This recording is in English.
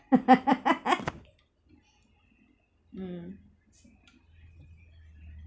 mm